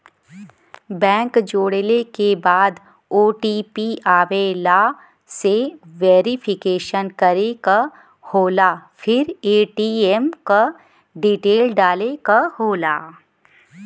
bank जोड़ले के बाद ओ.टी.पी आवेला से वेरिफिकेशन करे क होला फिर ए.टी.एम क डिटेल डाले क होला